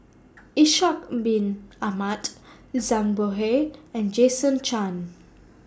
Ishak Bin Ahmad Zhang Bohe and Jason Chan